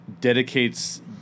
dedicates